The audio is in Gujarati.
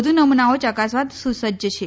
વધુ નમૂનાઓ યકાસવા સુસજ્જ છે